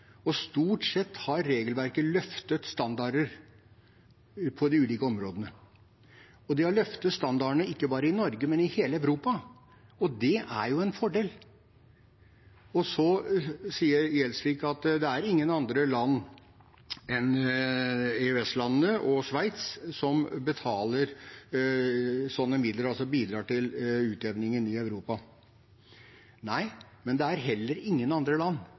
Stort sett har regelverket løftet standarder på de ulike områdene. Det å løfte standardene ikke bare i Norge, men i hele Europa, er en fordel. Så sier Gjelsvik at det er ingen andre land enn EØS-landene og Sveits som betaler midler for å bidra til utjevningen i Europa. Nei, men det er heller ingen andre land